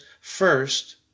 first